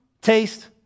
taste